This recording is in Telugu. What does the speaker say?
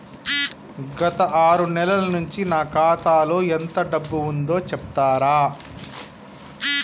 గత ఆరు నెలల నుంచి నా ఖాతా లో ఎంత డబ్బు ఉందో చెప్తరా?